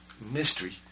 Mystery